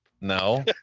No